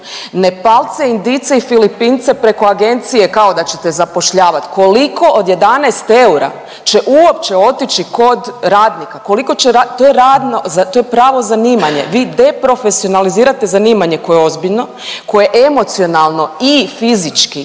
Nepalce, Indijce i Filipince preko agencije kao da ćete zapošljavati. Koliko od 11 eura će uopće otići kod radnika? Koliko će, to je pravo zanimanje. Vi deprofesionalizirate zanimanje koje je ozbiljno, koje je emocionalno i fizički